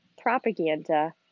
propaganda